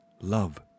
love